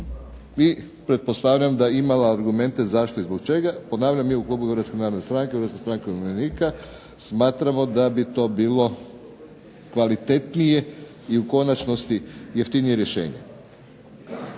i pretpostavljam da je imala argumente zašto i zbog čeka. Ponavljam mi u klubu HNS-a i HSU-a smatramo da bi to bilo kvalitetnije i u konačnosti jeftinije rješenje.